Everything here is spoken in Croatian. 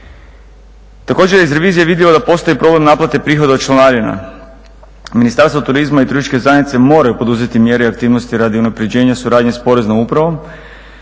Također je iz revizije vidljivo da postoji problem naplate prihoda od članarina. Ministarstvo turizma i turističke zajednice moraju poduzeti mjere i aktivnosti radi unapređenja suradnje s Poreznom upravom